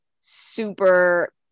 super